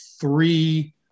three